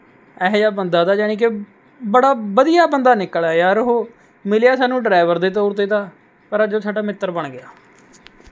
ਇਹੋ ਜਿਹਾ ਬੰਦਾ ਤਾ ਜਾਣੀ ਕਿ ਬੜਾ ਵਧੀਆ ਬੰਦਾ ਨਿਕਲਿਆ ਯਾਰ ਉਹ ਮਿਲਿਆ ਸਾਨੂੰ ਡਰਾਈਵਰ ਦੇ ਤੌਰ 'ਤੇ ਤਾ ਪਰ ਅੱਜ ਉਹ ਸਾਡਾ ਮਿੱਤਰ ਬਣ ਗਿਆ